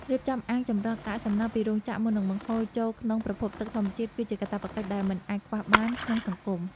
រៀបចំអាងចម្រោះកាកសំណល់ពីរោងចក្រមុននឹងបង្ហូរចូលក្នុងប្រភពទឹកធម្មជាតិគឺជាកាតព្វកិច្ចដែលមិនអាចខ្វះបានក្នុងសង្គម។